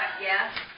yes